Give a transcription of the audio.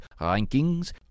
rankings